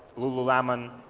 lululemon,